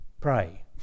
Pray